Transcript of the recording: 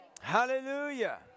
Hallelujah